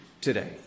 today